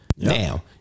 Now